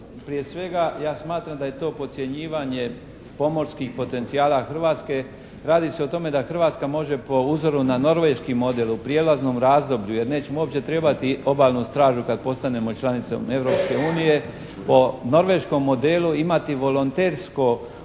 Prije svega ja smatram da je to podcjenjivanje pomorskih potencijala Hrvatske. Radi se o tome da Hrvatska može po uzoru na norveški model u prijelaznom razdoblju jer nećemo uopće trebali obalnu stražu kad postanemo članicom Europske unije. O norveškom modelu imati volontersko